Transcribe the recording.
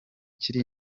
kiri